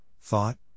thought